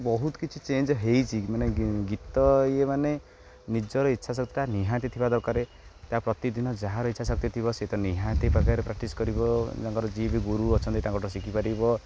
ବହୁତ କିଛି ଚେଞ୍ଜ ହେଇଛି ମାନେ ଗୀତ ଇଏ ମାନେ ନିଜର ଇଚ୍ଛା ଶକ୍ତିଟା ନିହାତି ଥିବା ଦରକାର ତା' ପ୍ରତିଦିନ ଯାହାର ଇଚ୍ଛା ଶକ୍ତି ବ ସେ ତ ନିହାତି ପାଖରେ ପ୍ରାକ୍ଟିସ୍ କରିବ ତାଙ୍କର ଯିଏ ବି ଗୁରୁ ଅଛନ୍ତି ତାଙ୍କଠୁ ଶିଖିପାରିବ